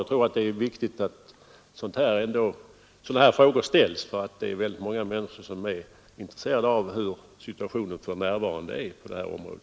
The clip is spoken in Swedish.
Jag tror ändå att det är viktigt att sådana här frågor ställs, för det är väldigt många människor som är intresserade av hurudan situationen för närvarande är på detta område.